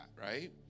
right